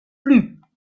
plus